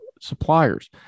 suppliers